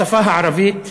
בשפה הערבית.